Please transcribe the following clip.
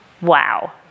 Wow